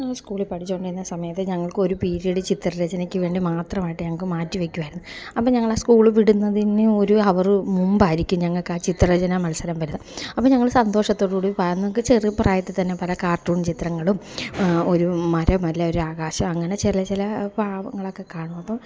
ഞങ്ങള് സ്കൂളിൽ പഠിച്ചോണ്ടിരുന്ന സമയത്ത് ഞങ്ങള്ക്ക് ഒരു പീരീഡ് ചിത്രരചനയ്ക്ക് വേണ്ടി മാത്രമായിട്ട് ഞങ്ങള്ക്ക് മാറ്റി വയ്ക്കുമായിരുന്നു അപ്പോള് ഞങ്ങള് സ്കൂള് വിടുന്നതിന് ഒരു ഹവര് മുമ്പായിരിക്കും ഞങ്ങള്ക്ക് ആ ചിത്രരചന മത്സരം വരുന്നത് അപ്പോള് ഞങ്ങള് സന്തോഷത്തോടുകൂടി ചെറുപ്രായത്തിൽ തന്നെ പല കാർട്ടൂൺ ചിത്രങ്ങളും ഒരു മരം അല്ലേ ഒരു ആകാശം അങ്ങനെ ചില ചില ഭാവങ്ങളൊക്കെ കാണും അപ്പോള്